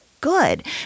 good